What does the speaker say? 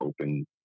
open